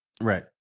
Right